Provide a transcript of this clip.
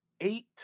eight